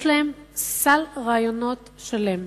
יש להם סל רעיונות שלם